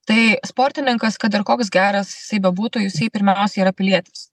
tai sportininkas kad ir koks geras jisai bebūtų jisai pirmiausia yra pilietis